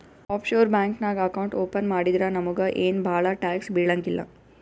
of sure bank ನಾಗ್ account open ಮಾಡಿದ್ರ ನಮುಗ ಏನ್ ಭಾಳ ಟ್ಯಾಕ್ಸ್ ಬೀಳಂಗಿಲ್ಲ